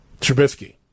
Trubisky